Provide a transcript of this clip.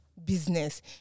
Business